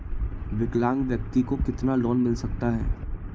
विकलांग व्यक्ति को कितना लोंन मिल सकता है?